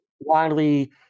Widely